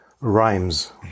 rhymes